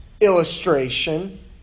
illustration